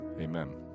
Amen